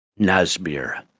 Nazmir